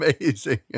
amazing